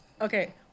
okay